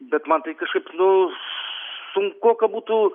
bet man tai kažkaip nu sunkoka būtų